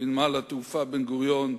בנמל התעופה בן-גוריון,